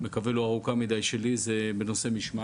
אני מקווה שלא ארוכה מדיי זה בנושא משמעת.